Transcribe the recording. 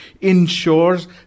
ensures